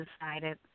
decided